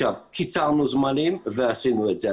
קיצרנו זמנים ועשינו את זה.